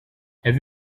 have